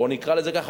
או נקרא לזה ככה,